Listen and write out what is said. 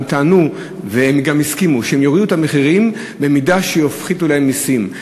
הם טענו והם גם הסכימו להוריד את המחירים במידה שיפחיתו להם מסים,